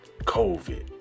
COVID